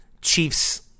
Chiefs